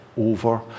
over